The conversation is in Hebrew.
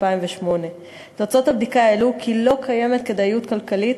2008. תוצאות הבדיקה העלו כי לא קיימת כדאיות כלכלית,